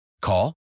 Call